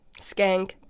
skank